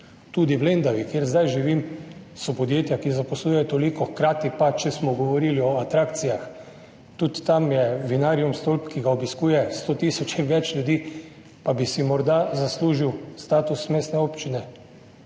Tudi v Lendavi, kjer zdaj živim, so podjetja, ki zaposlujejo toliko, hkrati pa, če smo govorili o atrakcijah, tudi tam je stolp Vinarium, ki ga obiskuje 100 tisoč in več ljudi, pa bi si morda zaslužila status mestne občine.